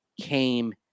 came